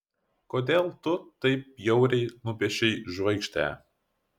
kodėl tu taip bjauriai nupiešei žvaigždę